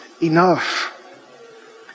enough